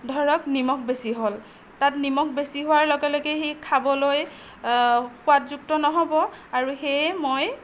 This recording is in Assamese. ধৰক নিমখ বেছি হ'ল তাত নিমখ বেছি হোৱাৰ লগে লগে সি খাবলৈ সোৱাদযুক্ত নহ'ব আৰু সেয়ে মই